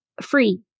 free